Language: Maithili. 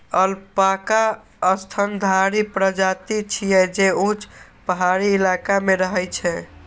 अल्पाका स्तनधारी प्रजाति छियै, जे ऊंच पहाड़ी इलाका मे रहै छै